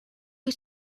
que